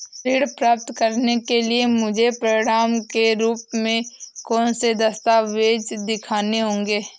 ऋण प्राप्त करने के लिए मुझे प्रमाण के रूप में कौन से दस्तावेज़ दिखाने होंगे?